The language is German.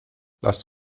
lasst